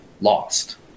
lost